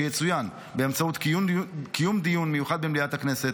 שיצוין באמצעות קיום דיון מיוחד במליאת הכנסת,